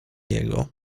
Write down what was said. jego